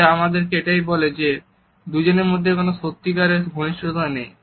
সেটা আমাদেরকে এটাই বলে যে দুজনের মধ্যে কোন সত্যিকারের ঘনিষ্ঠতা নেই